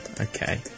Okay